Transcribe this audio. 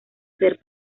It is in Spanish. ser